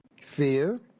Fear